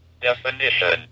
Definition